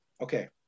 Okay